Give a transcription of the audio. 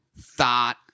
thought